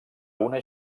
una